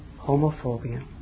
homophobia